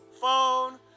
phone